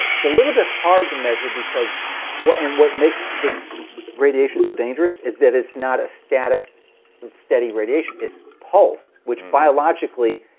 it's a little bit hard to measure. what and what makes this radiation so dangerous is that it's not a static and steady radiation, it's pulsed which, biologically,